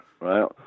right